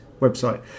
website